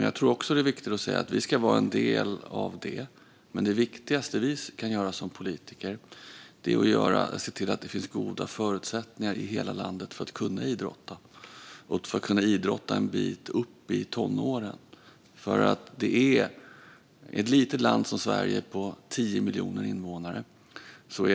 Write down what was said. Jag tror att det är viktigt att säga att vi ska vara en del av det, men det viktigaste vi kan göra som politiker är att se till att det finns goda förutsättningar i hela landet att idrotta och att idrotta en bit upp i tonåren. Sverige är ett litet land med 10 miljoner invånare.